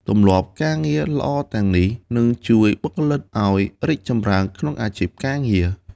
ទម្លាប់ការងារល្អទាំងនេះ នឹងជួយបុគ្គលិកឲ្យរីកចម្រើនក្នុងអាជីពការងារ។